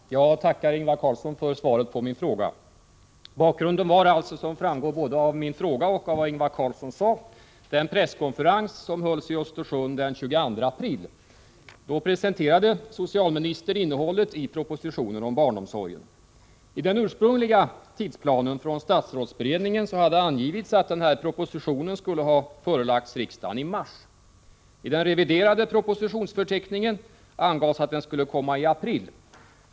Herr talman! Jag tackar Ingvar Carlsson för svaret på min fråga. Bakgrunden var alltså, som framgår både av min fråga och av vad Ingvar Carlsson sade, den presskonferens som hölls i Östersund den 22 april. Då presenterade socialministern innehållet i propositionen om barnomsorgen. I den ursprungliga tidsplanen från statsrådsberedningen hade angivits att propositionen skulle ha förelagts riksdagen i mars. I den reviderade propositionsförteckningen angavs att den skulle komma i april.